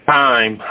time